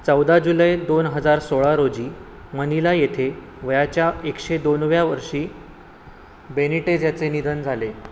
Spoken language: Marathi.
चौदा जुलै दोन हजार सोळा रोजी मनीला येथे वयाच्या एकशे दोनव्या वर्षी बेनिटेझ याचे निधन झाले